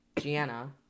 Gianna